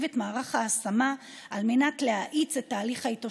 את מערך ההשמה על מנת להאיץ את תהליך ההתאוששות.